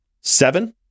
seven